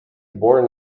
born